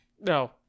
No